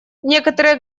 некоторые